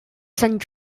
sant